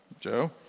Joe